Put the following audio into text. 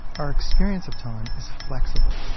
our experience of time is flexible